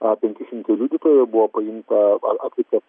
penki šimtai liudytojų buvo paimta atlikta